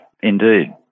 indeed